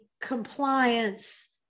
compliance